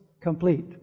complete